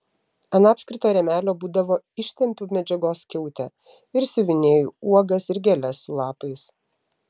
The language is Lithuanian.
ant apskrito rėmelio būdavo ištempiu medžiagos skiautę ir siuvinėju uogas ir gėles su lapais